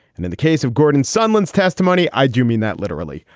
and in the case of gordon sunland's testimony, i do mean that literally.